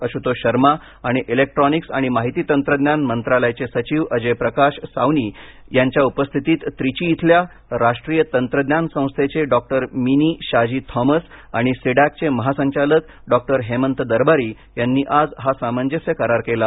आशुतोष शर्मा आणि इलेक्ट्रॉनिक्स आणि माहिती तंत्रज्ञान मंत्रालयाचे सचिव अजय प्रकाश सावनी यांच्या उपस्थितीत त्रिची इथल्या राष्ट्रीय तंत्रज्ञान संस्थेचे डॉक्टर मिनी शाजी थॉमस आणि सी डॅकचे महासंचालक डॉक्टर हेमंत दरबारी यांनी आज हा सामंजस्य करार केला